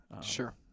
Sure